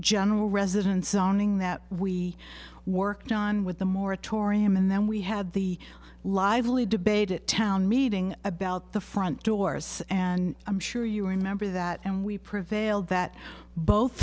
general residence zoning that we worked on with the moratorium and then we had the lively debate at town meeting about the front doors and i'm sure you remember that and we prevailed that both